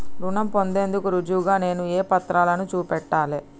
రుణం పొందేందుకు రుజువుగా నేను ఏ పత్రాలను చూపెట్టాలె?